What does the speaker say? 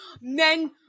Men